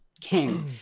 king